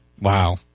Wow